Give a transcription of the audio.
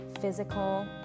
physical